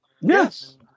Yes